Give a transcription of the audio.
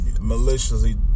maliciously